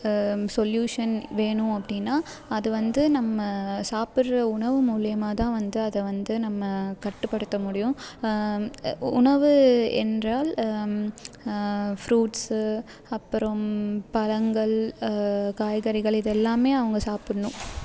solution வேணும் அப்படின்னா அது வந்து நம்ம சாப்பிட்ற உணவு மூலியமாக தான் வந்து அதை வந்து நம்ம கட்டுப்படுத்த முடியும் உணவு என்றால் ஃப்ரூட்ஸு அப்புறம் பழங்கள் காய்கறிகள் இதெல்லாம் அவங்க சாப்புடணும்